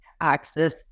access